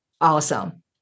Awesome